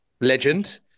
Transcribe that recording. Legend